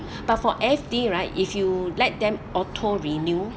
but for F_D right if you let them auto renew